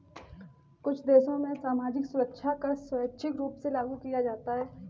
कुछ देशों में सामाजिक सुरक्षा कर स्वैच्छिक रूप से लागू किया जाता है